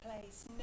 place